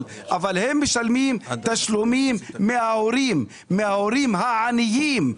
אבל הם משלמים תשלומים מההורים העניים,